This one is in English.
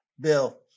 Bill